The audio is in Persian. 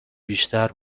بیشتر